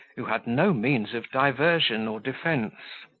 who had no means of diversion or defence.